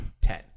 ten